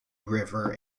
river